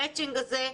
המצ'ינג הזה,